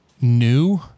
new